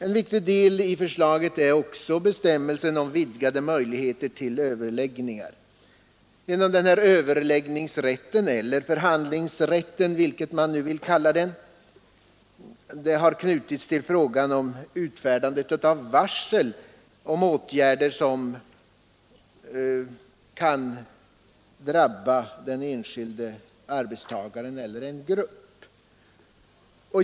En viktig del i förslaget är bestämmelsen om vidgade möjligheter till överläggningar. Den här överläggningsrätten — eller förhandlingsrätten, vilket man vill kalla den — har knutits till frågan om utfärdandet av varsel om åtgärder som kan drabba den enskilde arbetstagaren eller en grupp.